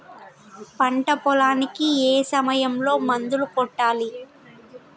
పంట పొలానికి ఏ సమయంలో మందులు కొట్టాలి?